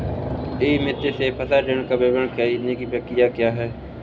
ई मित्र से फसल ऋण का विवरण ख़रीदने की प्रक्रिया क्या है?